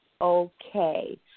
okay